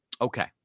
Okay